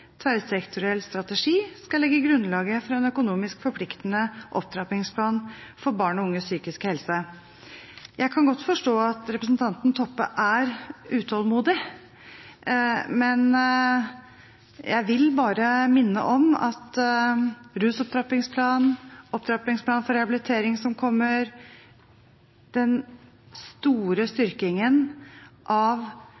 tverrsektoriell strategi skal legge grunnlaget for en økonomisk forpliktende opptrappingsplan for barn og unges psykiske helse». Jeg kan godt forstå at representanten Toppe er utålmodig, men jeg vil bare minne om at rusopptrappingsplanen, opptrappingsplanen for rehabilitering som kommer, og den store